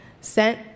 sent